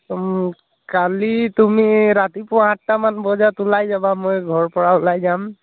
কালি তুমি ৰাতিপুৱা আঠটামান বজাত ওলাই যাবা মই ঘৰৰ পৰা ওলাই যাম